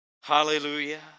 Hallelujah